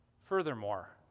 Furthermore